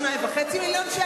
2.5 מיליונים?